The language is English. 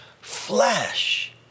flesh